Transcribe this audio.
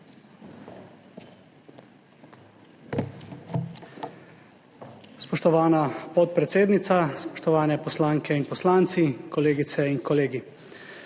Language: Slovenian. Spoštovana podpredsednica! Spoštovane poslanke in poslanci, kolegice in kolegi!